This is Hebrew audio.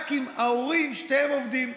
רק אם ההורים שניהם עובדים.